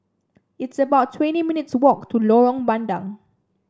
it's about twenty minutes walk to Lorong Bandang